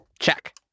Check